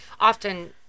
often